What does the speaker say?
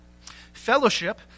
Fellowship